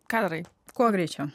ką darai kuo greičiau